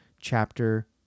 chapter